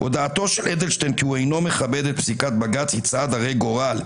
הודעתו של אדלשטיין כי הוא אינו מכבד את פסיקת בג"ץ היא צעד הרה גורל,